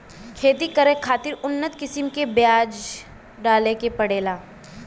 खेती करे खातिर उन्नत किसम के बिया डाले के पड़ेला